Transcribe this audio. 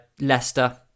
Leicester